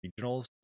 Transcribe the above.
regionals